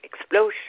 explosion